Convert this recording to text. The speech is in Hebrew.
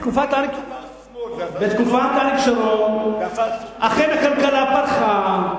בתקופת אריק שרון אכן הכלכלה פרחה,